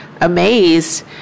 amazed